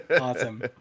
Awesome